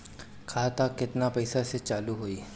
खाता केतना पैसा से चालु होई?